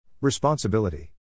Responsibility